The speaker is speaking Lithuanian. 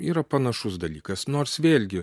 yra panašus dalykas nors vėlgi